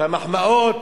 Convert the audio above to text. את המחמאות,